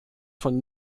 von